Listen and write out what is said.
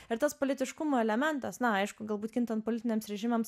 ir tas politiškumo elementas na aišku galbūt kintant politiniams režimams